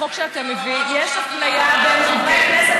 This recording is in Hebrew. בחוק שאתה מביא יש אפליה בין חברי כנסת